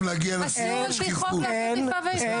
אסור על פי חוק לעשות איפה ואיפה.